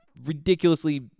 ridiculously